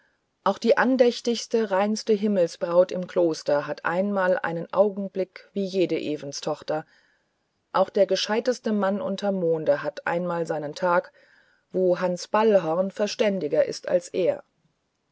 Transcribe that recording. auch die andächtigste reinste himmelsbraut im kloster hat einmal einen augenblick wie jede evenstochter auch der gescheiteste mann unterm monde hat einmal seinen tag wo hans ballhorn verständiger ist als er